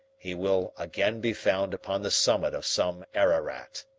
he will again be found upon the summit of some ararat.